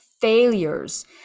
failures